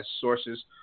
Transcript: sources